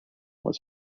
was